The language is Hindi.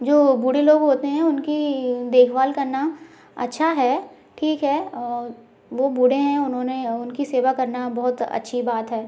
जो बूढ़े लोग होते हैं उनकी देखभाल करना अच्छा है ठीक है वो बूढ़े है उन्होंने उनकी सेवा करना बहुत अच्छी बात है